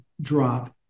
drop